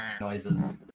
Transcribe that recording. noises